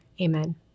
Amen